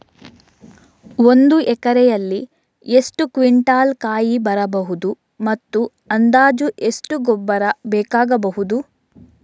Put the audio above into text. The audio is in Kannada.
ಒಂದು ಎಕರೆಯಲ್ಲಿ ಎಷ್ಟು ಕ್ವಿಂಟಾಲ್ ಕಾಯಿ ಬರಬಹುದು ಮತ್ತು ಅಂದಾಜು ಎಷ್ಟು ಗೊಬ್ಬರ ಬೇಕಾಗಬಹುದು?